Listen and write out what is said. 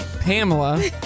Pamela